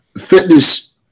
Fitness